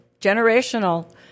generational